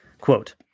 Quote